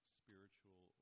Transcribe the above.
spiritual